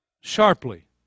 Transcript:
sharply